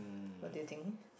what do you think